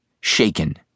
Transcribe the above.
shaken